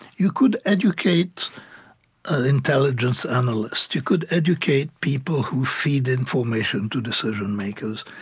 you could educate intelligence analysts you could educate people who feed information to decision makers,